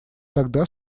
тогда